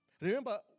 Remember